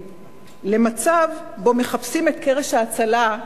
תודה רבה.